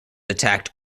attacked